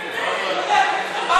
בבקשה, אדוני.